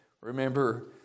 remember